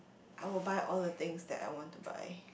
I will buy all the things that I want to buy